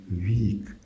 weak